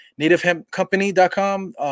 nativehempcompany.com